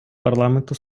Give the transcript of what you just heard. парламенту